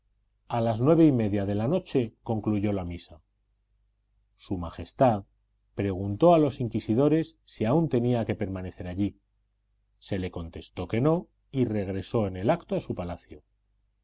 a las nueve y media de la noche concluyó la misa su majestad preguntó a los inquisidores si aún tenía que permanecer allí se le contestó que no y regresó en el acto a su palacio